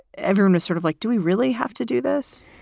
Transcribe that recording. everyone was sort of like, do we really have to do this?